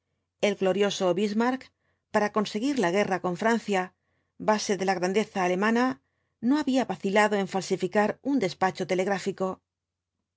el glorioso bismarck para conseguir la guerra con francia base de la grandeza alemana no había vacilado en falsificar un despacho telegráfico